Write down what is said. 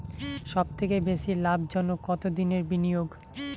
সবথেকে বেশি লাভজনক কতদিনের বিনিয়োগ?